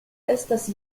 estas